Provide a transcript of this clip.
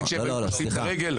נגיד ש --- פושטים רגל,